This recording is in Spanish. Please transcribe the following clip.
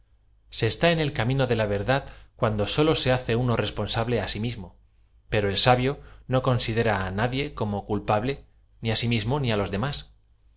se está en el caini no de la verdad cuando sólo ae hace uno responsable á si mismo pero e l sabio no considera á nadie como culpable ni á sí miamo ni los demáa